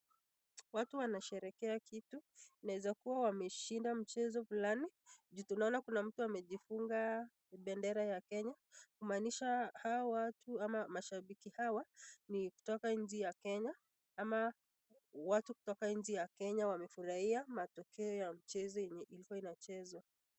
Watu wanasherekea kitu, Inaeza kuwa wameshinda mchezo fulani, ju tunaona Kuna mtu amejifunga bendera ya Kenya, kumaanisha hawa watu au mashabiki hawa ni wakutoka nchi ya Kenya, ama watu kutoka nchi ya Kenya wamefurahia matokeo ya mchezo wenye ulikuwa wachezwa.